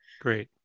great